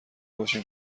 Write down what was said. باشیم